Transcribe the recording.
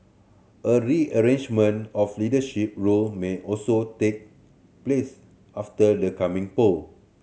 a rearrangement of leadership role may also take place after the coming poll